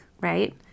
right